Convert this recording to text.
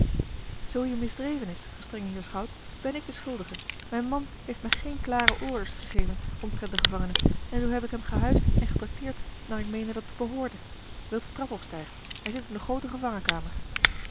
zoo hier misdreven is gestrenge heer schout ben ik de schuldige mijn man heeft mij geene klare orders gegeven omtrent den gevangene en zoo heb ik hem gehuisd en getracteerd naar ik meende dat het behoorde wilt de trap opstijgen hij zit in de groote